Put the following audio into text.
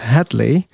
Hadley